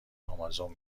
امازون